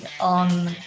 on